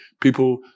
people